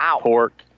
pork